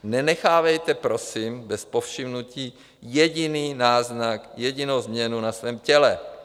Nenechávejte prosím bez povšimnutí jediný náznak, jedinou změnu na svém těle.